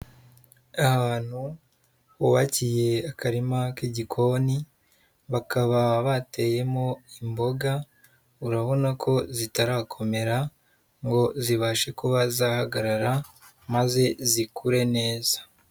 Ahantu bubakiye akarima k'igikoni, bakaba bateyemo imboga, urabona ko zitarakomera ngo zibashe kuba zahagarara maze zikure neza.